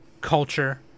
culture